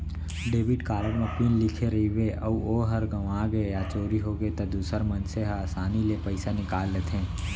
debit card म PIN लिखे रइबे अउ ओहर गँवागे या चोरी होगे त दूसर मनसे हर आसानी ले पइसा निकाल लेथें